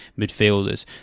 midfielders